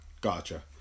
Gotcha